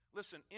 Listen